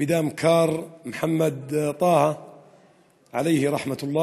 בדם קר מוחמד טאהא, אללה ירחמו,